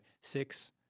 six